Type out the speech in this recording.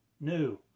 new